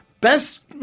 best